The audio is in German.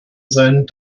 sein